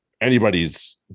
anybody's